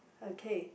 okay